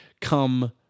come